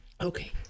okay